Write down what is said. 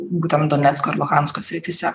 būtent donecko ir luhansko srityse